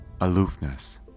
aloofness